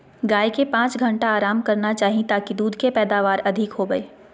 गाय के पांच घंटा आराम करना चाही ताकि दूध के पैदावार अधिक होबय